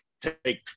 take